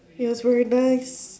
it was really nice